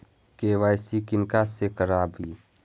KYC किनका से कराबी?